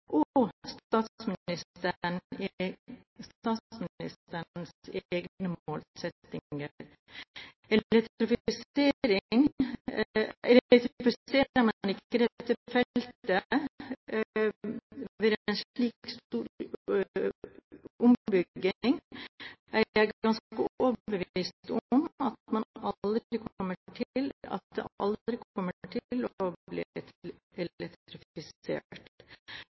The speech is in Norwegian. klimapolitikk og statsministerens egne målsetninger. Elektrifiserer man ikke dette feltet ved en slik stor ombygging, er jeg ganske overbevist om at det aldri kommer til å bli elektrifisert.